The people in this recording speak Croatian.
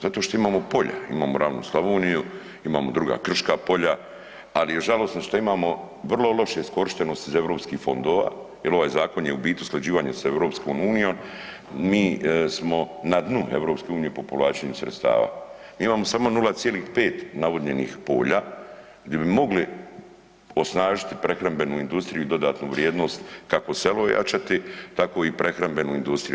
Zato što imamo polja, imamo ravnu Slavoniju, imamo druga krška polja, ali je žalosno što imamo vrlo lošu iskorištenost iz europskih fondova jel ovaj zakon je u biti usklađivanje sa EU, mi smo na dnu EU po povlačenju sredstava, imamo samo 0,5 navodnjenih polja gdje bi mogli osnažiti prehrambenu industriju i dodatnu vrijednost kako selo ojačati tako i prehrambenu industriju.